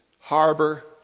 harbor